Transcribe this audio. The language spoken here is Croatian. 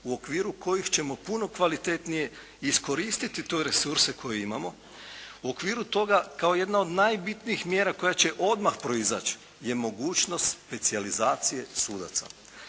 u okviru kojih ćemo puno kvalitetnije iskoristiti te resurse koje imamo. U okviru toga kao jedna od najbitnijih mjera koja će odmah proizaći je mogućnost specijalizacije sudaca.